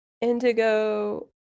indigo